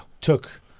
took